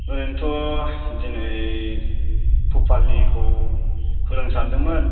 ओरैनोथ' दिनै भुपालिखौ फोरोंनो सानदोंमोन